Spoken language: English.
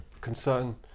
concern